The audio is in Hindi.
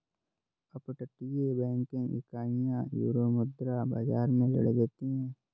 अपतटीय बैंकिंग इकाइयां यूरोमुद्रा बाजार में ऋण देती हैं